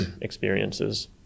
experiences